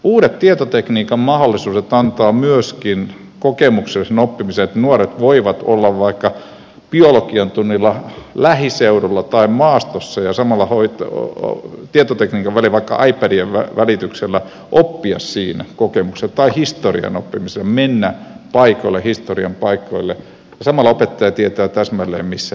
uudet tietotekniikan mahdollisuudet antavat myöskin kokemuksellisen oppimisen että nuoret voivat olla vaikka biologian tunnilla lähiseudulla tai maastossa ja samalla tietotekniikan välityksellä vaikka ipadien välityksellä oppia siinä kokemuksesta tai historian oppimisessa mennä historian paikoille ja samalla opettaja tietää täsmälleen missä he ovat